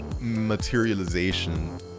Materialization